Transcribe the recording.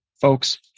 folks